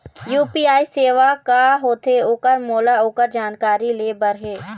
UPI सेवा का होथे ओकर मोला ओकर जानकारी ले बर हे?